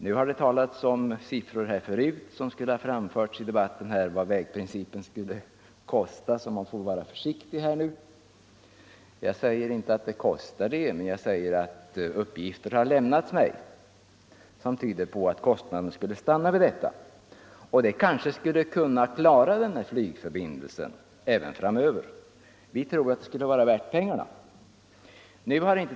Nu har det nämnts siffror i debatten om vad vägprincipen skulle kosta, så man får vara försiktig. Jag säger inte att det kostar detta utan att uppgifter har lämnats mig som tyder på att kostnaden skulle stanna vid detta. Det kanske skulle kunna klara flygförbindelserna även framöver. Vi tror att det skulle vara värt pengarna.